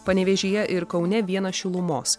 panevėžyje ir kaune vieną šilumos